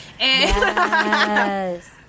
Yes